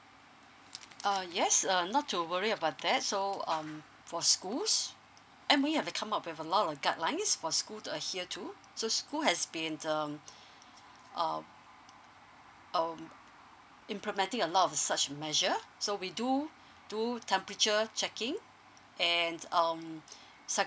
oh yes err not to worry about that so um for schools and we have come up with a lot of guidelines for school to hear too so school have been um um um implementing a lot of such to measure so we do do temperature checking and um